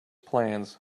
plans